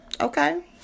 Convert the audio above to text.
okay